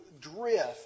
drift